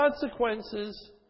consequences